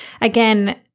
again